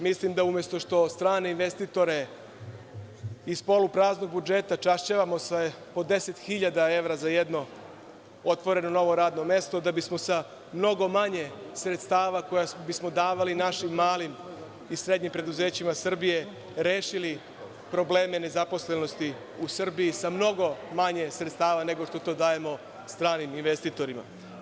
Mislim, da umesto što strane investitore, iz polupraznog budžeta čašćavamo sa po 10 hiljada evra za jedno otvoreno radno mesto, da bismo sa mnogo manje sredstava koja bismo davali našim malim i srednjim preduzećima Srbije rešili probleme nezaposlenosti u Srbiji sa mnogo manje sredstava nego što to dajemo stranim investitorima.